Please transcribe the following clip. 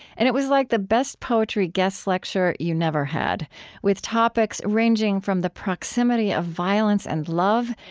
and it was like the best poetry guest lecture you never had with topics ranging from the proximity of violence and love,